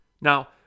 Now